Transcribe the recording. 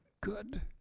good